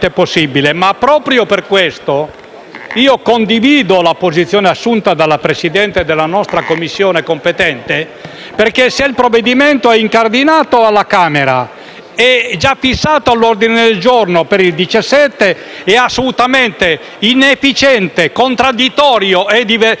condivido la posizione assunta dalla Presidente della Commissione competente, perché se il provvedimento è incardinato alla Camera e già fissato all'ordine del giorno per il 17 ottobre, è assolutamente inefficiente, contraddittorio e divaricatore delle intenzioni positive